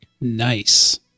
Nice